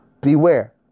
beware